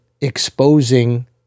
exposing